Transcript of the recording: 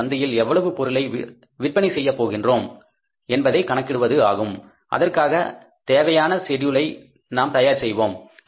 இது சந்தையில் எவ்வளவு பொருளை விற்பனை செய்ய போகின்றோம் என்பதை கணக்கிடுவது ஆகும் அதற்காக தேவையான செட்யூல்ஸ் ஐ நாம் தயார் செய்வோம்